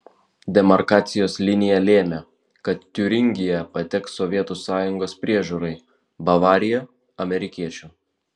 demarkacijos linija lėmė kad tiuringija pateks sovietų sąjungos priežiūrai bavarija amerikiečių